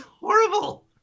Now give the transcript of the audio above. horrible